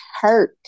hurt